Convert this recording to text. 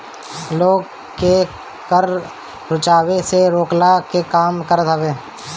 लोग के कर चोरावे से रोकला के काम करत हवे